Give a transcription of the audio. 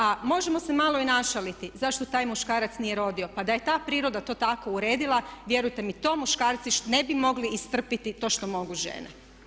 A možemo se malo i našaliti, zašto taj muškarac nije rodio, pa da je ta priroda to tako uredila vjerujte mi to muškarci ne bi mogli istrpiti to što mogu žene.